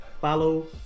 follow